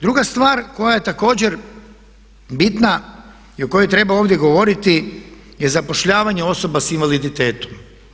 Druga stvar koja je također bitna i o kojoj treba ovdje govoriti je zapošljavanje osoba sa invaliditetom.